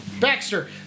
Baxter